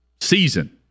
season